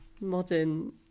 modern